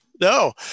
No